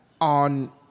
on